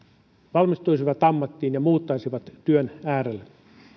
valmistuisivat ammattiin ja muuttaisivat työn äärelle